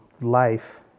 life